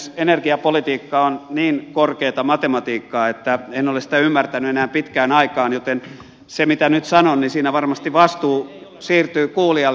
energiapolitiikka on niin korkeata matematiikkaa että en ole sitä ymmärtänyt enää pitkään aikaan joten siinä mitä nyt sanon varmasti vastuu siirtyy kuulijalle